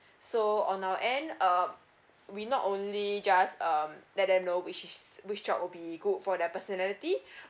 so on our end uh we not only just um let them know which is which job would be good for their personality